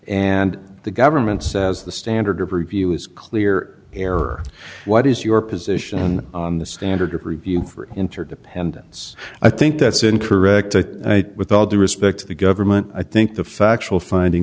and the government says the standard of review is clear error what is your position on the standard of review for interdependence i think that's incorrect i think with all due respect to the government i think the factual finding